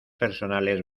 personales